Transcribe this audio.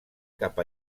cap